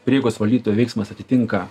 prieigos valdytojo veiksmas atitinka